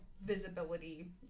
visibility